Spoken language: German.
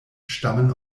stammen